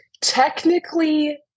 Technically